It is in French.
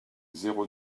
zéro